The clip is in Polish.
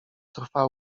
trwa